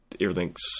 everything's